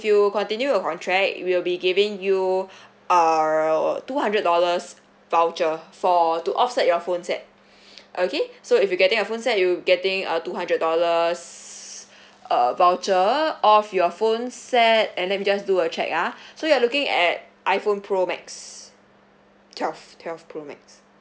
you continue contract we'll be giving you err two hundred dollars voucher for to offset your phone set okay so if you getting a phone set you getting a two hundred dollars uh voucher off your phones set and then we just do a check ah so you're looking at iphone pro max twelve twelve pro max